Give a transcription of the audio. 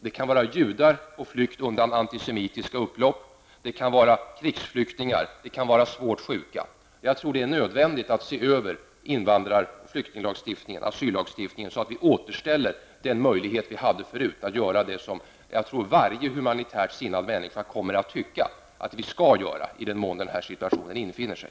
Det kan vara judar på flykt undan antisemitiska upplopp. Det kan vara krigsflyktingar och svårt sjuka. Jag tror att det är nödvändigt att se över flyktinglagen och asyllagen så att vi återställer den möjlighet som vi hade för att göra det som jag tror varje humanitärt sinnad människa kommer att tycka att vi skall göra ifall en sådan situation infinner sig.